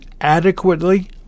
adequately